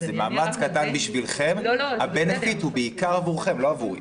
זה מאמץ קטן בשבילכם אבל הבנפיט הוא בעיקר עבורכם ולא עבורי.